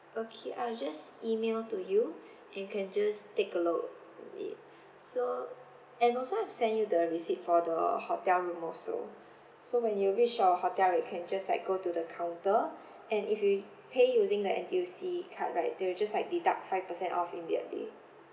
okay I will just email to you you can just take a look at it so and also I've sent you the receipt for the hotel room also so when you reach our hotel you can just like go to the counter and if you pay using the N_T_U_C card right they will just like deduct five percent off immediately